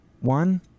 One